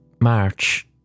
March